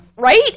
Right